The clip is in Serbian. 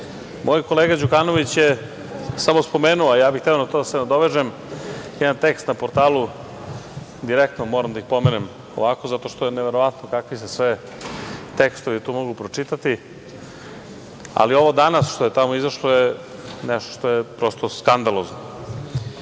moj kolega Đukanović je samo spomenuo, a ja bih hteo na to da se nadovežem. Jedan tekst na portalu, direktno moram da ih pomenem ovako, zato što je neverovatno kakvi se sve tekstovi tu mogu pročitati. Ali, ovo danas što je tamo izašlo je nešto što je, prosto skandalozno,